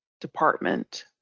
Department